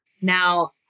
now